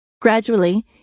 gradually